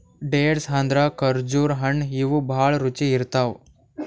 dates ಅಂದ್ರ ಖರ್ಜುರ್ ಹಣ್ಣ್ ಇವ್ ಭಾಳ್ ರುಚಿ ಇರ್ತವ್